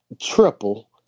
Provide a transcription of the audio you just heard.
triple